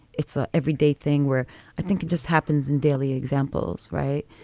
it's a everyday thing where i think it just happens in daily examples. right.